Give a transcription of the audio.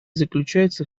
заключается